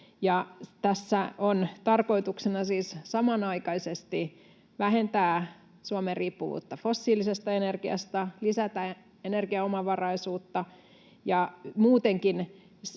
Tässä on tarkoituksena siis samanaikaisesti vähentää Suomen riippuvuutta fossiilisesta energiasta, lisätä energiaomavaraisuutta ja muutenkin